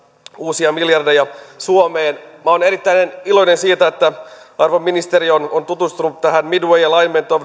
uusia miljardeja suomeen minä olen erittäin iloinen siitä että arvon ministeri on on tutustunut tähän midway alignment of the